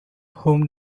whom